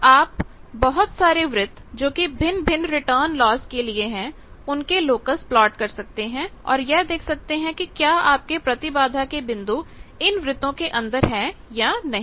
तो आप बहुत सारे वृत्त जोकि भिन्न भिन्न रिटर्न लॉस के लिए है उनके लोकस प्लॉट कर सकते हैं और यह देख सकते हैं कि क्या आपके प्रतिबाधा के बिंदु इन वृत्तों के अंदर हैं या नहीं